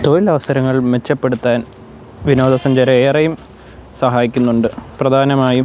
തൊഴിലവസരങ്ങൾ മെച്ചപ്പെടുത്താൻ വിനോദസഞ്ചാരം ഏറെയും സഹായിക്കുന്നുണ്ട് പ്രധാനമായും